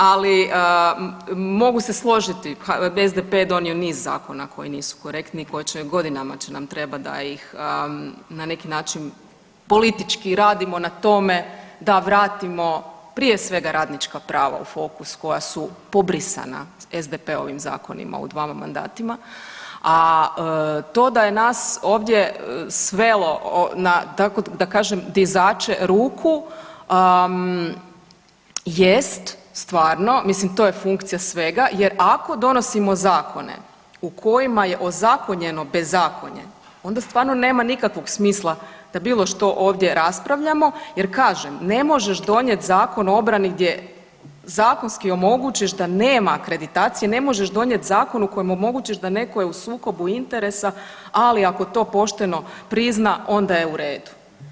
Ali, mogu se složiti, SDP je donio niz zakona koji nisu korektni i koje će godinama će nam trebati da ih na neki način politički radimo na tome da vratimo, prije svega radnička prava u fokus koja su pobrisana SDP-ovim zakonima u dvama mandatima, a to da je nas ovdje svelo na tako da kažem, dizače ruku, jest, stvarno, mislim, to je funkcija svega jer ako donosimo zakone u kojima je ozakonjeno bezakonje, onda stvarno nema nikakvog smisla da bilo što ovdje raspravljamo jer kažem, ne možeš donijeti Zakon o obrani gdje zakonski omogućiš da nema akreditacije, ne možeš donijeti zakon u kojem omogućiš da netko je u sukobu interesa, ali ako to pošteno prizna, onda je u redu.